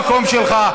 שב במקום שלך.